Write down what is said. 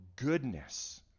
goodness